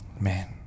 man